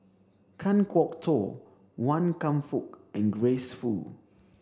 Kan Kwok Toh Wan Kam Fook and Grace Fu